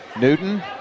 Newton